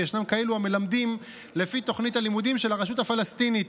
וישנם כאלה המלמדים לפי תוכנית הלימודים של הרשות הפלסטינית,